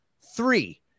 Three